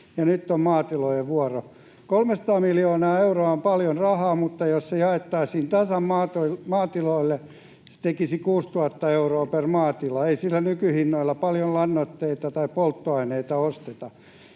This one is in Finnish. nyt on maatilojen vuoro. 300 miljoonaa euroa on paljon rahaa, mutta jos se jaettaisiin tasan maatiloille, se tekisi 6 000 euroa per maatila. Ei sillä nykyhinnoilla paljon lannoitteita tai polttoaineita osteta.